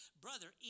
Brother